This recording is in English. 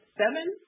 seven